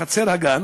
בחצר הגן.